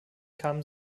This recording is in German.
kamen